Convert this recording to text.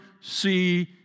see